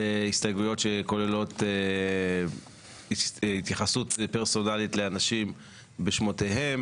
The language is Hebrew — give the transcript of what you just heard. הסתייגויות שכוללות התייחסות פרסונלית לאנשים בשמותיהם.